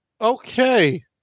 Okay